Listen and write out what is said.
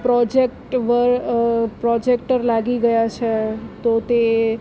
project projector લાગી ગયા છે તો તે